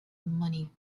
money